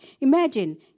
Imagine